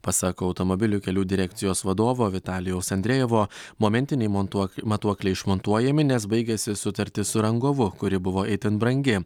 pasak automobilių kelių direkcijos vadovo vitalijaus andrejevo momentiniai montuok matuokliai išmontuojami nes baigiasi sutartis su rangovu kuri buvo itin brangi